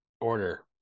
order